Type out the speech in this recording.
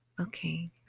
Okay